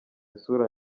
isura